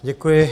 Děkuji.